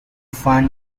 find